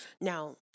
Now